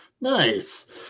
Nice